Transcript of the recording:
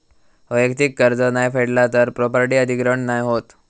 वैयक्तिक कर्ज नाय फेडला तर प्रॉपर्टी अधिग्रहण नाय होत